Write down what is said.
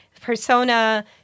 persona